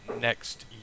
next